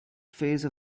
phase